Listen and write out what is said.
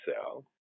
cell